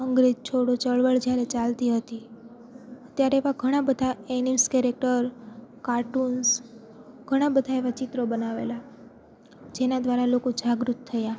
અંગ્રેજ છોડો ચળવળ જ્યારે ચાલતી હતી ત્યારે એવા ઘણાં બધાં એ ન્યૂઝ કેરેક્ટર કાર્ટૂન્સ ઘણાં બધાં એવાં ચિત્રો બનાવેલાં જેના દ્વારા લોકો જાગૃત થયા